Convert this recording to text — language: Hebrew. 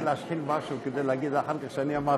אדוני.